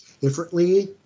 differently